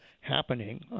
happening